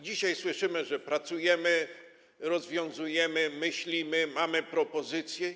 Dzisiaj słyszymy, że pracujemy, rozwiązujemy, myślimy, mamy propozycje.